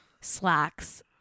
slacks